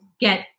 get